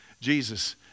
Jesus